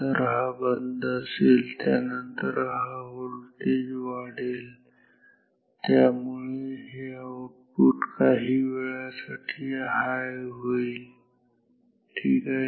तर हा बंद असेल त्यानंतर हा व्होल्टेज वाढेल ज्यामुळे हे आउटपुट काही वेळासाठी हाय होईल ठीक आहे